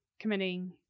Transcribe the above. committing